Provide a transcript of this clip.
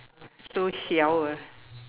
so hiao ah